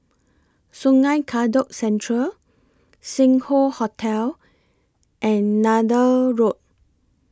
Sungei Kadut Central Sing Hoe Hotel and Neythal Road